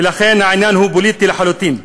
ולכן העניין הוא פוליטי לחלוטין.